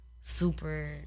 super